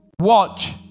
Watch